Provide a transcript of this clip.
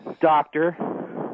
doctor